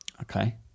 Okay